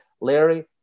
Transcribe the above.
Larry